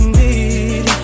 need